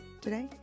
today